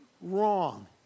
wrong